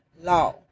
law